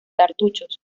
cartuchos